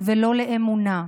ולא לאמונה.